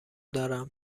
دارم